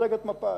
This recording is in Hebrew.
מפלגת מפא"י,